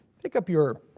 pick up your